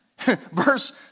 Verse